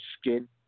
skin